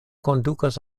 kondukas